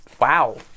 wow